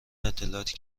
اطلاعاتی